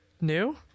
new